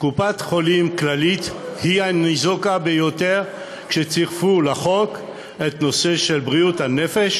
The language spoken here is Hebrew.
קופת-חולים כללית היא הניזוקה ביותר מצירוף הנושא של בריאות הנפש